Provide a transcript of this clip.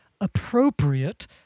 appropriate